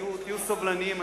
תהיו סובלנים,